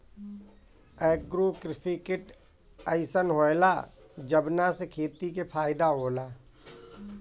एगो कृषि किट अइसन होएला जवना से खेती के फायदा होला